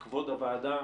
הם צריכים לעשות הפרדות.